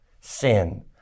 sin